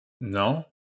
No